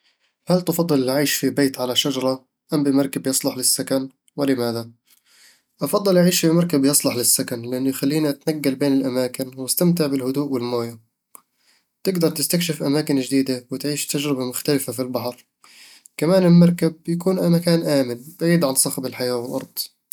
هل تفضل العيش في بيت على شجرة أم بمركب يصلح للسكن؟ ولماذا؟ أفضّل العيش في مركب يصلح للسكن، لأنه يخليني أتنقل بين الأماكن وأستمتع بالهدوء والموية تقدر تستكشف أماكن جديدة وتعيش تجربة مختلفة في البحر كمان المركب يكون مكان آمن بعيد عن صخب الحياة والأرض